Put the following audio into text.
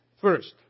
First